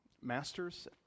masters